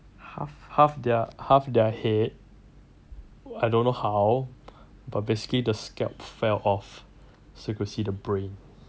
half half their half their head I don't know how but basically the scalp fell off so you could see the brain